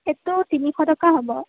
সেইটো তিনিশ টকা হ'ব